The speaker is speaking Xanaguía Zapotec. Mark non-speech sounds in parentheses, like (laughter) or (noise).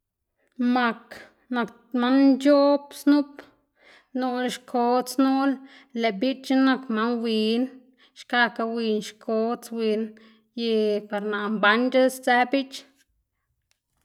Mak nak man nc̲h̲oꞌb snup, noꞌl xkodz nol. Lëꞌ biꞌchna nak man win xkakga win xkodz win y par naꞌ mbanc̲h̲e sdzë biꞌch. (noise)